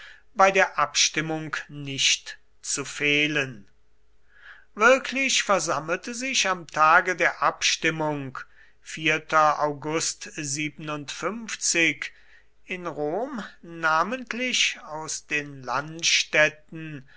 bei der abstimmung nicht zu fehlen wirklich versammelte sich am tage der abstimmung in rom namentlich aus den